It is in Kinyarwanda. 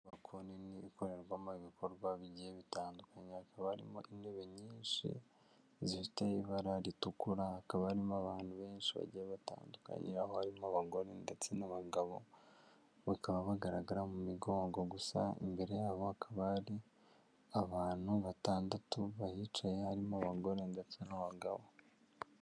Inyubako nini ikorerwamo ibikorwa bigiye bitandukanye, hakaba harimo intebe nyinshi zifite ibara ritukura, hakaba harimo abantu benshi bagiye batandukanye, aho harimo abagore ndetse n'abagabo, bakaba bagaragara mu migongo, gusa imbere ya bo hakaba hari abantu batandatu bahicaye harimo abagore ndetse n'abagabo.